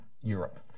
Europe